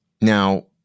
Now